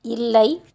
இல்லை